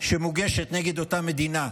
שמוגשת נגד אותה מדינה.